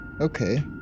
Okay